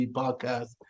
podcast